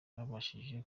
babashije